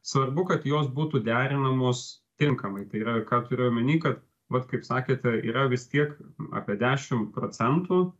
svarbu kad jos būtų derinamos tinkamai tai yra ką turiu omeny kad vat kaip sakėte yra vis tiek apie dešim procentų